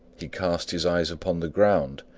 he cast his eyes upon the ground,